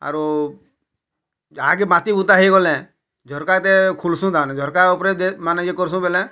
ଆରୁ ଯାହାକେ ବାତି ବୁତା ହେଇଗଲେ ଝରକାତେ ଖୁଲ୍ସୁଁ ତାମାନେ ଝରକା ଉପରେ ଯେନ୍ ମାନେ ଇଏ କରସୁଁ ବେଲେ